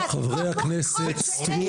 כי העתיקות מוכיחות שאין עם פלסטיני.